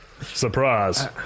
Surprise